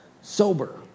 Sober